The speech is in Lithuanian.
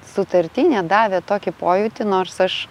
sutartinė davė tokį pojūtį nors aš